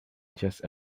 just